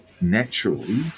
naturally